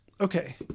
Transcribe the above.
Okay